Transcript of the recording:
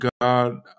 God